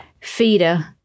feeder